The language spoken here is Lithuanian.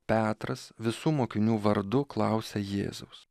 petras visų mokinių vardu klausia jėzaus